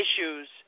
Issues